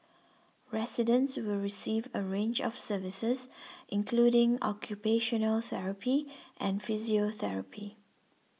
residents will receive a range of services including occupational therapy and physiotherapy